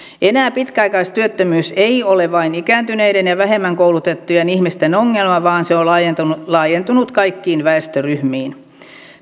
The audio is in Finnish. enää pitkäaikaistyöttömyys ei ole vain ikääntyneiden ja vähemmän koulutettujen ihmisten ongelma vaan se on laajentunut laajentunut kaikkiin väestöryhmiin